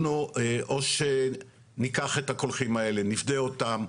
אנחנו או שניקח את הקולחים האלה נפדה אותם,